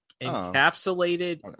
encapsulated